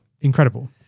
Incredible